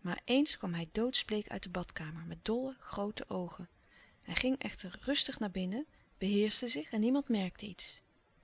maar eens kwam hij doodsbleek uit de badkamer met dolle groote oogen hij ging echter rustig naar binnen beheerschte zich en niemand merkte iets